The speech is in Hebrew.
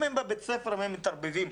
אם הם בבית ספר והם מתערבבים,